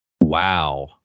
Wow